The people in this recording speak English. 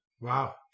Wow